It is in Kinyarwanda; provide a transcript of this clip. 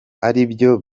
aribyo